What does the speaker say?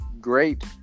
great